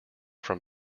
from